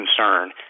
concern